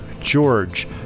George